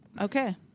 Okay